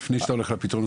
לפני שאתה הולך לפתרונות.